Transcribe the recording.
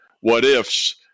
what-ifs